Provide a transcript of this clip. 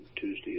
Tuesday